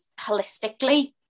holistically